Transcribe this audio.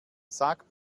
sag